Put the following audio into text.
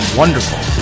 wonderful